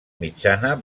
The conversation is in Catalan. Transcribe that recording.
mitjana